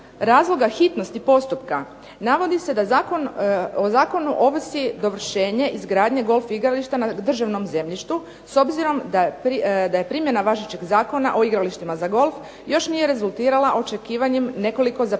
razloga hitnosti postupka navodi se da o zakonu ovisi dovršenje izgradnje golf igrališta na državnom zemljištu, s obzirom da primjena važećeg Zakona o igralištima za golf još nije rezultirala očekivanjem nekoliko započetih